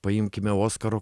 paimkime oskaro